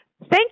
Thank